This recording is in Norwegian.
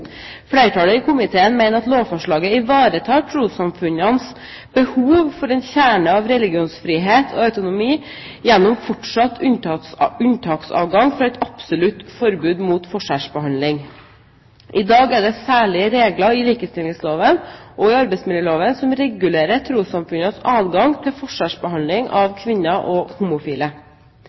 Flertallet i komiteen mener at lovforslaget ivaretar trossamfunnenes behov for en kjerne av religionsfrihet og autonomi gjennom fortsatt unntaksadgang fra et absolutt forbud mot forskjellsbehandling. I dag er det særlig regler i likestillingsloven og i arbeidsmiljøloven som regulerer trossamfunnenes adgang til forskjellsbehandling av kvinner og homofile.